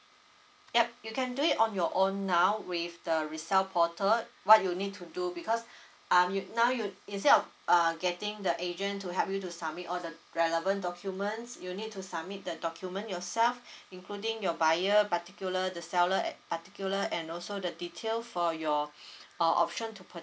yup you can do it on your own now with the resell portal what you need to do because um you now you instead of err getting the agent to help you to submit all the relevant documents you need to submit the document yourself including your buyer particular the seller at particular and also the detail for your or option to put